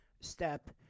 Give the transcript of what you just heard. step